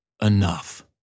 enough